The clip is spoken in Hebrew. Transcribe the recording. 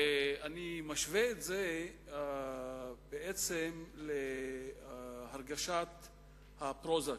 ואני משווה את זה בעצם להרגשת ה"פרוזאק".